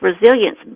resilience